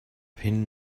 pin